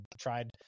tried